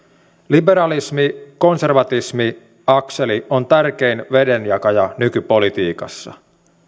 liberalismi konservatismi akseli on tärkein vedenjakaja nykypolitiikassa